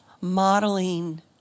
modeling